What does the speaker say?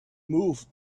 move